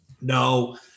No